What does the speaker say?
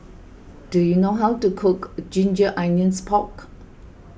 do you know how to cook Ginger Onions Pork